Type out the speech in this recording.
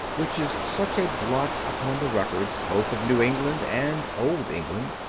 which is such a blot upon the records both of new england and old england.